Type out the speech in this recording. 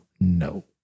no